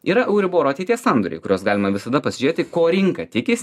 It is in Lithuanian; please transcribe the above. yra euribor ateities sandoriai kuriuos galima visada pasižiūrėti ko rinka tikisi